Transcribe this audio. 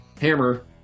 hammer